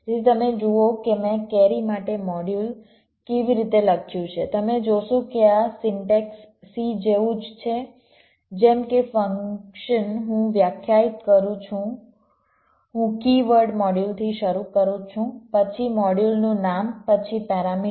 તેથી તમે જુઓ કે મેં કેરી માટે મોડ્યુલ કેવી રીતે લખ્યું છે તમે જોશો કે આ સિન્ટેક્સ c જેવું જ છે જેમ કે ફંક્શન હું વ્યાખ્યાયિત કરું છું હું કીવર્ડ મોડ્યુલ થી શરૂ કરું છું પછી મોડ્યુલનું નામ પછી પેરામીટર